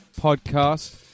podcast